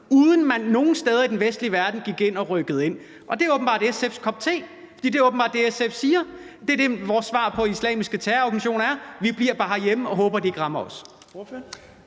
uden at man nogen steder i den vestlige verden rykkede ind. Det er åbenbart SF's kop te, for det er åbenbart det, SF siger. Det er det, vores svar på islamiske terrororganisationer er: Vi bliver bare herhjemme og håber, at de ikke rammer os.